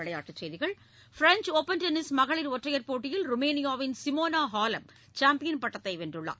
விளையாட்டுச் செய்திகள் French Open tennis மகளிர் ஒற்றையர் போட்டியில் ருமேனியாவின் சிமோனா ஹாலெப் சாம்பியன்பட்டத்தை வென்றுள்ளார்